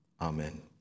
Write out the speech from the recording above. Amen